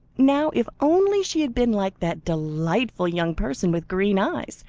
now if only she had been like that delightful young person with green eyes,